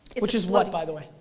which is what by the way?